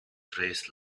trays